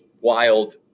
wild